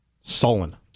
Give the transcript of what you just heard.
sullen